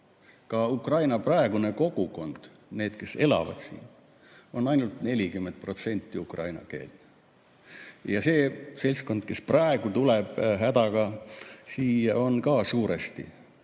Ka ukraina praegune kogukond, need, kes elavad siin, on ainult 40% ukrainakeelne. Ja see seltskond, kes praegu tuleb hädaga siia, on ka suuresti